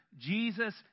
Jesus